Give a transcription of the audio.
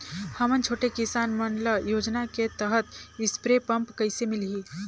हमन छोटे किसान मन ल योजना के तहत स्प्रे पम्प कइसे मिलही?